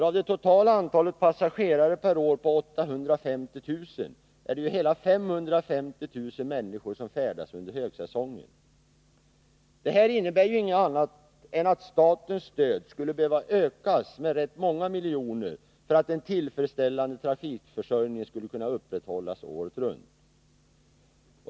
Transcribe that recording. Av det totala antalet passagerare per år på 850 000 färdas hela 550 000 under högsäsongen. Det här innebär ju inget annat än att statens stöd skulle behöva ökas med rätt många miljoner för att en tillfredsställande trafikförsörjning skulle kunna upprätthållas året runt.